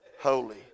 holy